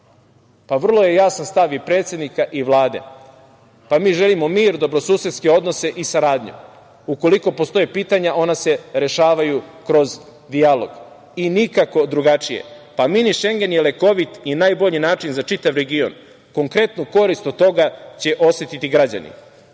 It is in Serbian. Pa, vrlo je jasan stav i predsednika i Vlade – mi želimo mir, dobrosusedske odnose i saradnju. Ukoliko postoje pitanja, ona se rešavaju kroz dijalog i nikako drugačije. Mini Šengen je lekovit i najbolji način za čitav region. Konkretnu korist od toga će osetiti građani. Što